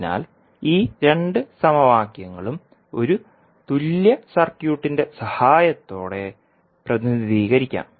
അതിനാൽ ഈ രണ്ട് സമവാക്യങ്ങളും ഒരു തുല്യ സർക്യൂട്ടിന്റെ സഹായത്തോടെ പ്രതിനിധീകരിക്കാം